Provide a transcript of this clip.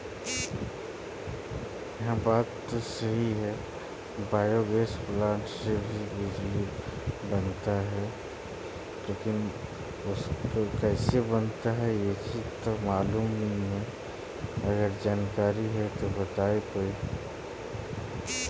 bio gas power plant से बिजली बनाएल जाइ छइ